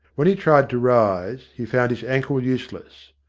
when he tried to rise, he found his ankle useless.